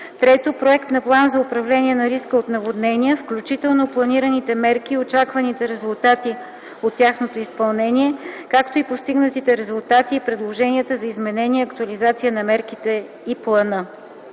3. проект на план за управление на риска от наводнения, включително планираните мерки и очакваните резултати от тяхното изпълнение, както и постигнатите резултати и предложенията за изменение и актуализация на мерките и плана.